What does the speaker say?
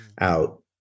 out